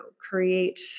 create